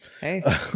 Hey